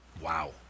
wow